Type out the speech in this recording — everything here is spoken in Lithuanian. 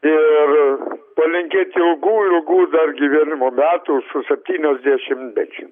ir palinkėt ilgų ilgų dar gyvenimo metų su septyniasdešimtmečiu